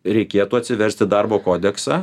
reikėtų atsiversti darbo kodeksą